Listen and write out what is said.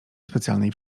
specjalnej